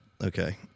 Okay